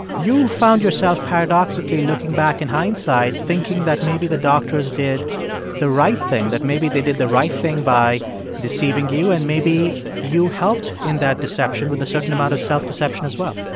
you found yourself paradoxically looking back in hindsight thinking that maybe the doctors did the right thing, that maybe they did the right thing by deceiving you. and maybe you helped in that deception with a certain amount of self-deception as well